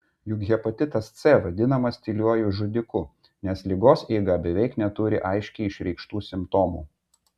juk hepatitas c vadinamas tyliuoju žudiku nes ligos eiga beveik neturi aiškiai išreikštų simptomų